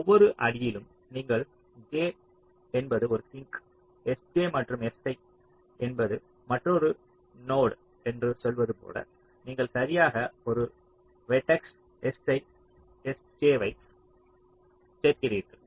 ஒவ்வொரு அடியிலும் நீங்கள் j என்பது ஒரு சிங்க் sj மற்றும் si என்பது மற்றொரு நோடு என்று சொல்வது போல நீங்கள் சரியாக ஒரு வெர்டக்ஸ் sj ஐ சேர்க்கிறீர்கள்